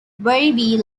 werribee